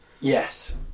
Yes